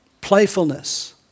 playfulness